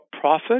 profit